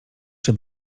czy